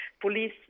Police